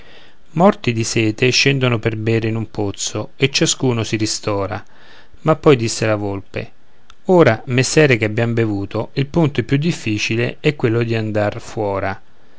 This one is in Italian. morti di sete scendono per bere in un pozzo e ciascuno si ristora ma poi disse la volpe ora messere ch'abbiam bevuto il punto più difficile è quello di andar fuora